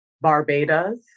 Barbados